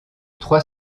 trois